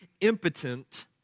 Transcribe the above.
impotent